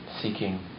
seeking